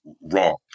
wrong